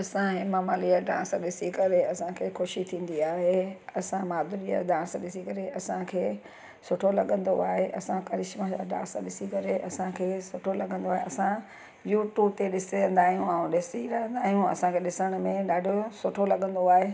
असां हेमा मालिनी जा डांस ॾिसी करे असांखे ख़ुशी थींदी आहे असां माधुरी जा डांस ॾिसी करे असांखे सुठो लॻंदो आहे असां करिश्मा जा डांस ॾिसी करे असांखे सुठो लॻंदो आहे असां यूट्यूब ते ॾिसंदा आहियूं ऐं ॾिसी रहंदा आहियूं असांखे ॾिसण में ॾाढो सुठो लॻंदो आहे